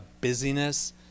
busyness